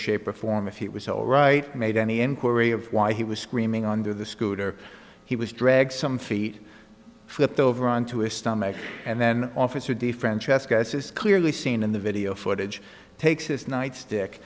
shape or form if he was alright made any inquiry of why he was screaming under the scooter he was dragged some feet flipped over on to his stomach and then officer di francesco this is clearly seen in the video footage takes his nightstick